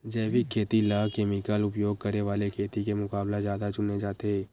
जैविक खेती ला केमिकल उपयोग करे वाले खेती के मुकाबला ज्यादा चुने जाते